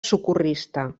socorrista